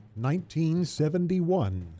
1971